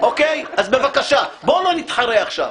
אז בבקשה, בואו לא נתחרה עכשיו.